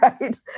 right